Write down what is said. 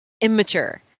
immature